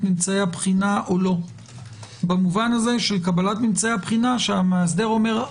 ממצאי הבחינה או לא במובן הזה שהמאסדר אומר: